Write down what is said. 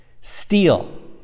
steal